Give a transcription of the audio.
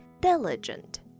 diligent